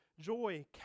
joy